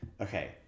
Okay